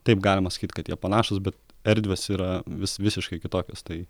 taip galima sakyt kad jie panašūs bet erdvės yra vis visiškai kitokios tai